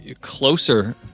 closer